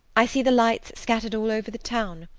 i see the lights scattered all over the town,